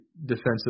defensively